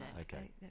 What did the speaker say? Okay